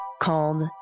called